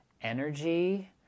energy